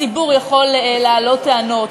הציבור יכול להעלות טענות,